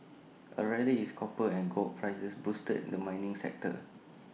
A rally is copper and gold prices boosted and the mining sector